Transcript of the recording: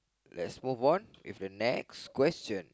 let's move on with the next question